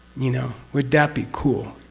you know? would that be cool?